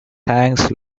thanks